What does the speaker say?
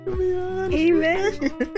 amen